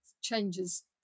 changes